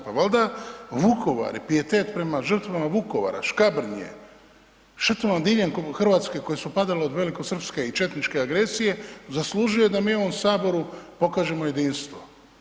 Pa valjda Vukovar i pijetet prema žrtvama Vukovara, Škabrnje, ... diljem Hrvatske koje su padale od velikosrpske i četničke agresije zaslužuje da mi u ovom Saboru pokažemo jedinstvo.